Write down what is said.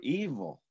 evil